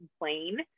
complain